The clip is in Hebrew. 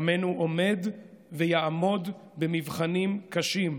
עמנו עומד ויעמוד במבחנים קשים,